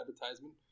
advertisement